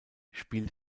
spielt